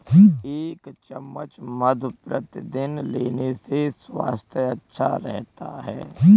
एक चम्मच मधु प्रतिदिन लेने से स्वास्थ्य अच्छा रहता है